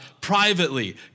privately